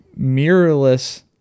mirrorless